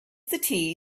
the